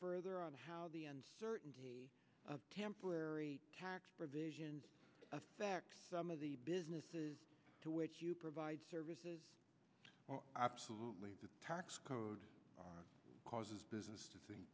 further on how the uncertainty of temporary tax provisions of fact some of the businesses to which you provide services absolutely the tax code causes business to